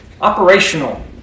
operational